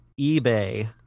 eBay